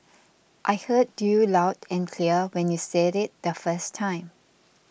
I heard you loud and clear when you said it the first time